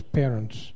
parents